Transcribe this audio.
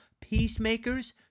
peacemakers